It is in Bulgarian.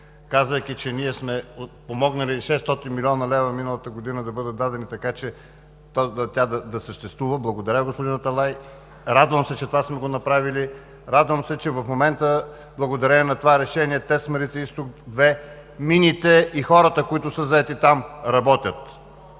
казвайки, че ние сме помогнали да бъдат дадени 600 млн. лв. миналата година, така че тя да съществува. Благодаря, господин Аталай. Радвам се, че това сме го направили. Радвам се, че в момента, благодарение на това решение, „ТЕЦ Марица изток 2“, мините и хората, които са заети там, работят.